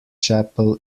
chapel